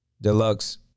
Deluxe